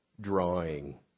drawing